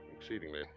exceedingly